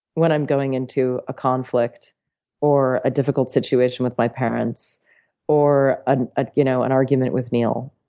when i'm going into a conflict or a difficult situation with my parents or an ah you know and argument with neil,